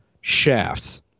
shafts